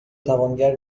توانگر